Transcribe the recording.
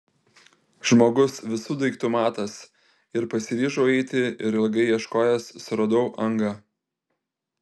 žmogus visų daiktų matas ir pasiryžau eiti ir ilgai ieškojęs suradau angą